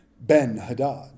Ben-Hadad